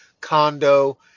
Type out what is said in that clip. condo